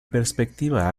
perspectiva